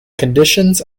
conditions